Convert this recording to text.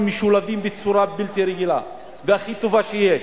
הם משולבים בצורה בלתי רגילה והכי טובה שיש.